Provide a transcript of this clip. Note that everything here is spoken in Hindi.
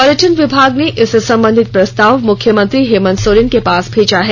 पर्यटन विभाग ने इससे संबंधित प्रस्ताव मुख्यमंत्री हेमंत सोरेन के पास भेजा है